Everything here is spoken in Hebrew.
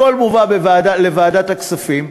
הכול מובא לוועדת הכספים,